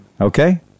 Okay